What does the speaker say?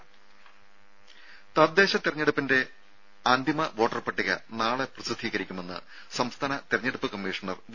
രുഭ തദ്ദേശ തെരഞ്ഞെടുപ്പിന്റെ അന്തിമ വോട്ടർ പട്ടിക നാളെ പ്രസിദ്ധീകരിക്കുമെന്ന് സംസ്ഥാന തെരഞ്ഞെടുപ്പ് കമ്മീഷണർ വി